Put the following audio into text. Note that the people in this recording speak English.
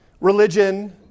religion